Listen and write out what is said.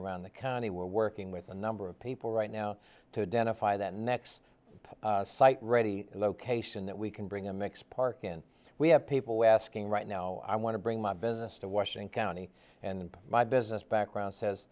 around the county we're working with a number of people right now to dan if i that next site ready location that we can bring a mix park and we have people asking right now i want to bring my business to washing county and my business background says